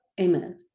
Amen